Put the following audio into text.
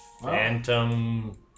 Phantom